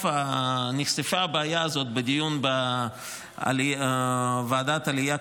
כשנחשפה הבעיה הזאת בדיון בוועדת העלייה,